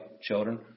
children